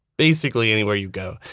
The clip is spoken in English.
basically anywhere you go.